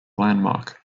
landmark